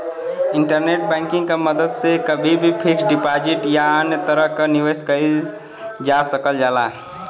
internet banking क मदद से कभी भी फिक्स्ड डिपाजिट या अन्य तरह क निवेश कइल जा सकल जाला